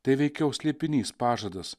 tai veikiau slėpinys pažadas